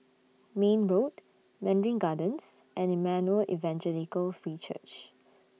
Mayne Road Mandarin Gardens and Emmanuel Evangelical Free Church